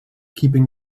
keeping